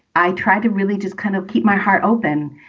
i try to really just kind of keep my heart open.